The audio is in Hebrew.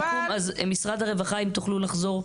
משרד הרווחה, אם תוכלו לחזור --- לא.